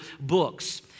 books